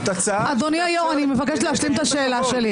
אדוני היושב-ראש, אני מבקשת להשלים את השאלה שלי.